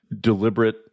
deliberate